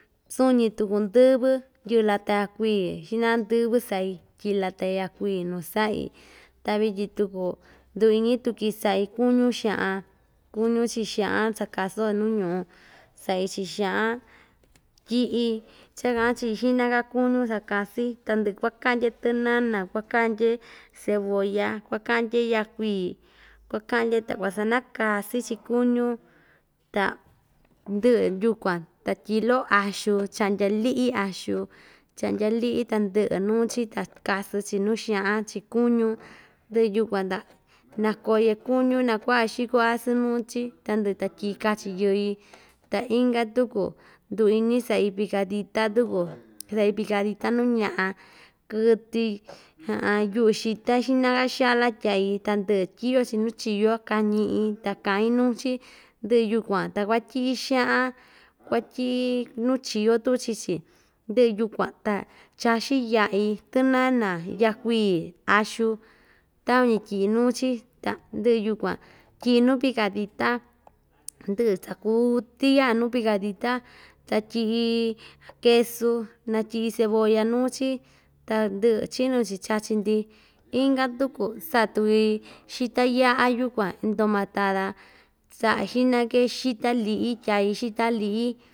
Suñi tuku ndɨvɨ yɨꞌɨ lata yakui xiꞌna‑ka ndɨvɨ saꞌi tyiꞌi lata yakui nuu saꞌi ta vityin tuku nduu iñi tuki saꞌi kuñu xaꞌan kuñu chiꞌin xaꞌan sakasu‑yo nuu ñuꞌu saꞌi chiꞌin xaꞌan tyiꞌi cha kaꞌan‑chi xiꞌna‑ka kuñu sakasin ta ndɨꞌɨ kuakaꞌndye tɨnana kuakaꞌndye cebolla kuakaꞌndye yaꞌa yui kuakaꞌndye ta ta kuasanakasɨn chiꞌin kuñu ta ndɨꞌɨ yukuan ta tyiꞌi loꞌo axu chaꞌndya liꞌi axu chaꞌndya liꞌi tandɨꞌɨ nuu‑chi ta kasɨn‑nuu xaꞌan chiꞌin kuñu ndɨꞌɨ yukuan ta nakoye kuñu nakuaꞌa xiko asɨn nuu‑chi ta ndɨꞌɨ ta tyiꞌi kachi yɨi ta inka tuku nduu iñi saꞌi picadita tuku saꞌi picadita nuu ñaꞌa kɨtɨ yuꞌu xita xiꞌna‑ka xaꞌla tyai tandɨꞌɨ tyiꞌyo‑chi nuu chio kañiꞌi ta kain nuu‑chi ndɨꞌɨ yukuan ta kuatyiꞌi xaan kuatyiꞌi nuu chio tuchichi ndɨꞌɨ yukuan ta chaxin yaꞌi tɨnana yaꞌa kui axu takuañi tyiꞌi nuu‑chi ta ndɨꞌɨ tukuan tyiꞌi nuu picadita ndɨꞌɨ sakuutɨ yaꞌa nuu picadita ta tyiꞌi quesu natyiꞌi cebolla nuu‑chi ta ndɨꞌɨ chinu‑chi chachi‑ndi inka tuku saꞌa tuki xita yaꞌa yukuan entomatada saꞌa xiꞌnake xita liꞌi tyai xita liꞌi.